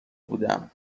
بودم